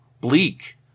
bleak